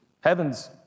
Heaven's